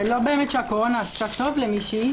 זה לא באמת שהקורונה עשתה טוב למישהי,